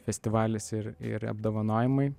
festivalis ir ir apdovanojimai